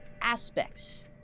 aspects